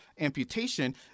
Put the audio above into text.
amputation